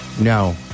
No